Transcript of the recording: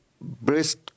breast